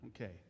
Okay